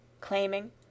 claiming